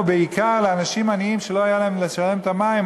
ובעיקר לאנשים עניים שלא היה להם לשלם עבור המים,